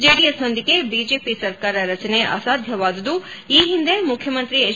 ಜೆಡಿಎಸ್ನೊಂದಿಗೆ BJP ಸರ್ಕಾರ ರಚನೆ ಅಸಾಧ್ಯವಾದುದು ಈ ಹಿಂದೆ ಮುಖ್ಯಮಂತ್ರಿ ಎಚ್